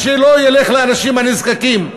ושלא ילך לאנשים הנזקקים.